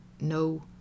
no